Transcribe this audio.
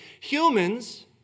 humans